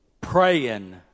praying